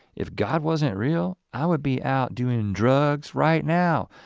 if god wasn't real, i would be out doing drugs right now,